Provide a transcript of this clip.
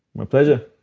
my pleasure.